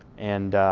and